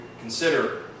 consider